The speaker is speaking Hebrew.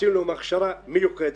עשינו להם הכשרה מיוחדת.